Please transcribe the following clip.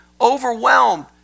overwhelmed